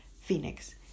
Phoenix